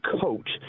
coach